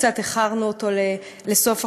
קצת איחרנו אותו לסוף החודש,